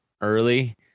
early